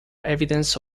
evidence